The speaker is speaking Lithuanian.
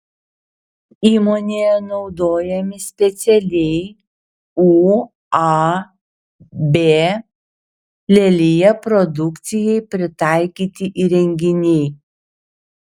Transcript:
įmonėje naudojami specialiai uab lelija produkcijai pritaikyti įrenginiai